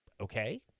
okay